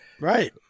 right